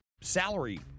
salary